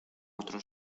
otro